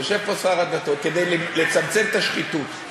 כדי לצמצם את השחיתות.